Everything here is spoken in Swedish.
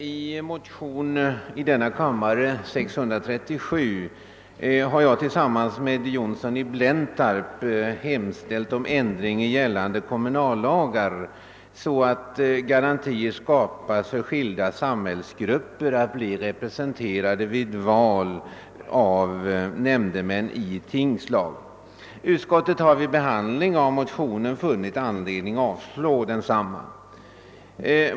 Herr talman! Jag har i motionen II: 637 tillsammans med herr Johnsson i Blentarp hemställt om sådan ändring i gällande kommunallagar att garantier skapas för att skilda samhällsgrupper blir representerade vid val av nämndemän i tingslag. Utskottet har vid sin behandling av motionen funnit anledning att avstyrka densamma.